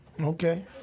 Okay